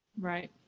Right